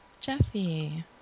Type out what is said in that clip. Jeffy